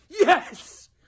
yes